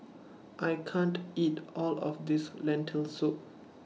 I can't eat All of This Lentil Soup